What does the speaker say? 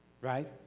right